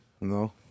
No